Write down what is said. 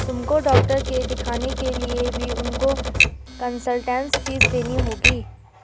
तुमको डॉक्टर के दिखाने के लिए भी उनको कंसलटेन्स फीस देनी होगी